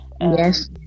yes